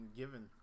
given